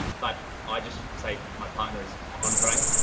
but i just say my par ner is andre.